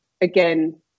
again